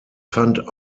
fand